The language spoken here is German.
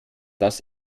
das